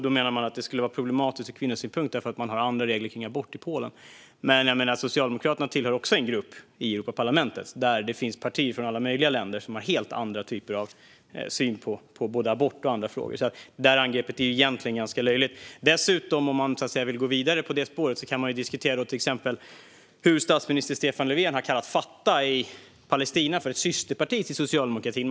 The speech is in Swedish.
Då menar man att det skulle vara problematiskt ur kvinnosynpunkt därför att det finns andra regler för abort i Polen. Men Socialdemokraterna tillhör också en grupp i Europaparlamentet där det finns partier från alla möjliga länder som har en helt annan syn på abort och andra frågor. Det angreppet är egentligen löjligt. Låt mig gå vidare på det spåret. Då kan man diskutera hur statsminister Stefan Löfven har kallat Fatah i Palestina ett systerparti till socialdemokratin.